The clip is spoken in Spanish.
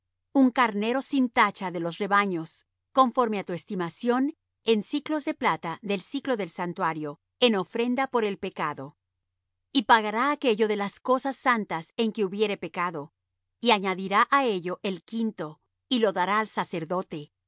un carnero sin tacha de los rebaños conforme á tu estimación en siclos de plata del siclo del santuario en ofrenda por el pecado y pagará aquello de las cosas santas en que hubiere pecado y añadirá á ello el quinto y lo dará al sacerdote